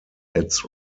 its